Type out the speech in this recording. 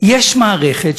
יש מערכת,